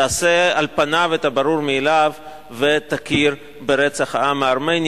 תעשה על פניו את הברור מאליו ותכיר ברצח העם הארמני.